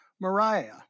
Mariah